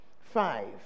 five